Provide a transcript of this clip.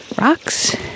rocks